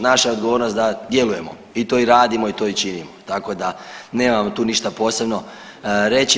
Naša je odgovornost da djelujemo i to i radimo i to i činimo, tako da nemam vam tu ništa posebno reći.